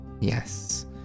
yes